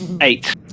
eight